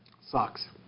Sucks